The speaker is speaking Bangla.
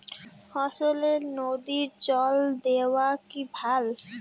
ফসলে নদীর জল দেওয়া কি ভাল?